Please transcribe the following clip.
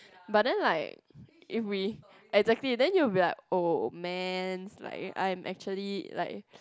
but then like if we exactly then you'll be like oh mans like I'm actually like